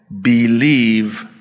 Believe